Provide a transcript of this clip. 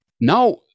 Now